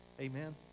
Amen